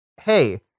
hey